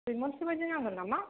तिनमनसो बायदि नांगोन नामा